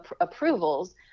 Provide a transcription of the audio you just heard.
approvals